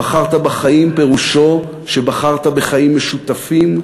"ובחרת בחיים" פירושו שבחרת בחיים משותפים,